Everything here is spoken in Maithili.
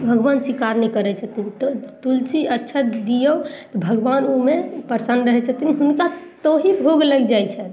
भगवान स्वीकार नहि करय छथिन तऽ तुलसी अच्छत दियौ तऽ भगवान उ मे प्रसन्न रहय छथिन हुनका तहि भोग लग जाइ छनि